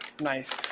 Nice